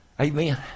Amen